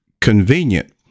convenient